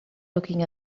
looking